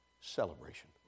celebration